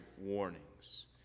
warnings